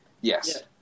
yes